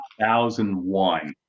2001